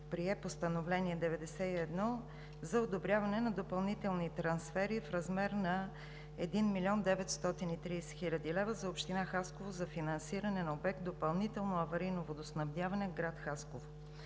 прие Постановление № 91 за одобряване на допълнителни трансфери в размер на 1 млн. 930 хил. лв. за община Хасково за финансиране на обект „Допълнително аварийно водоснабдяване“ в град Хасково.